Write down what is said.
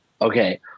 okay